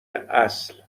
اصل